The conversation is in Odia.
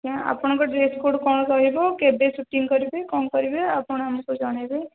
ଆଜ୍ଞା ଆପଣଙ୍କ ଡ୍ରେସ୍ କୋଡ୍ କ'ଣ ରହିବ କେବେ ସୁଟିଂ କରିବେ କ'ଣ କରିବେ ଆପଣ ଆମକୁ ଜଣେଇବେ